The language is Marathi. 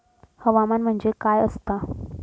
हवामान म्हणजे काय असता?